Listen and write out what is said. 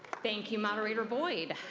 thank you, moderator boyd.